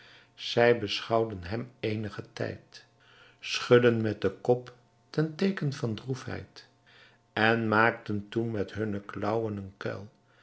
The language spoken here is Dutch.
zij beschouwden hem eenigen tijd schudden met den kop ten teeken van droefheid en maakten toen met hunne klauwen een kuil